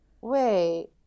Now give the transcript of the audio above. Wait